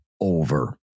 over